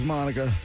Monica